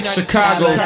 Chicago